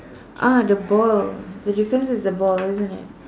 ah the ball the difference is the ball isn't it